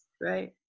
Right